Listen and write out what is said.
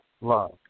love